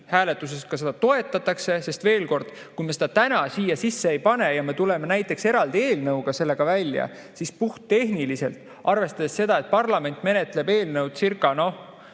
hääletuses seda toetatakse. Sest veel kord, kui me seda täna siia sisse ei pane ja tuleme näiteks eraldi eelnõuga sellega välja, siis puhttehniliselt, arvestades seda, et parlament menetleb eelnõucircakuu-poolteist